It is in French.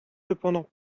cependant